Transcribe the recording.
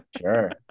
Sure